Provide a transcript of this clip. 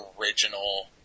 original